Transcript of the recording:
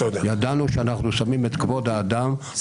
תשמע,